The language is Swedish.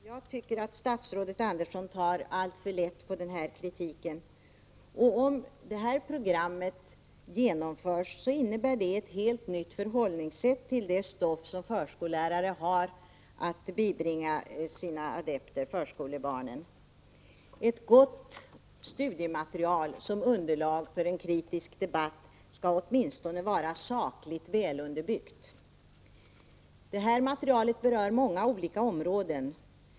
Herr talman! Jag tycker att statsrådet Andersson tar alltför lätt på den här kritiken. Om programmet genomförs innebär det ett helt nytt förhållningssätt till det stoff som förskollärare har att bibringa sina adepter förskolebarnen. Ett gott studiematerial som underlag för en kritisk debatt skall åtminstone vara sakligt välunderbyggt. Det här materialet berör många olika områden.